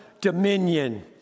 dominion